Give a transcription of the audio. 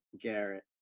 Garrett